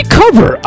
cover